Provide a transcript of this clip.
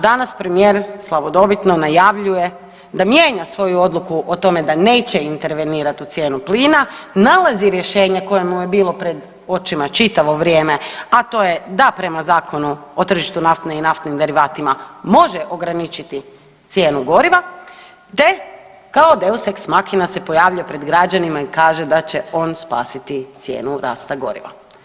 Danas premijer slavodobitno najavljuje da mijenja svoju odluku o tome da neće intervenirati u cijenu plina, nalazi rješenje koje mu je bilo pred očima čitavo vrijeme, a to je da prema Zakonu o tržištu nafte i naftnim derivatima može ograničiti cijenu goriva te kao Deus ex machina se pojavljuje pred građanima i kaže da će on spasiti cijenu rasta goriva.